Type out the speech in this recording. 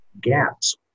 gaps